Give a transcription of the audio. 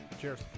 Cheers